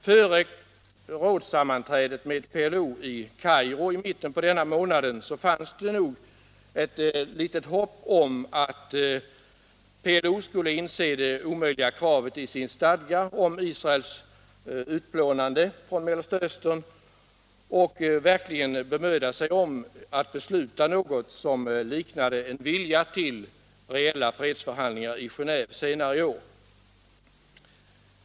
Före rådssammanträdet med PLO i Kairo i mitten på denna månad fanns det nog ett litet hopp om att PLO skulle inse det omöjliga i det i stadgarna inskrivna kravet på Israels utplånande från Mellersta Östern och verkligen bemöda sig om att besluta något som visade en vilja till reella fredsförhandlingar i Geneve senare i år.